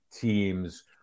teams